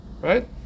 Right